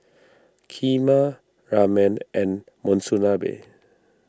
Kheema Ramen and Monsunabe